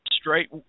Straight